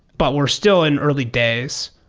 but we're still in early days.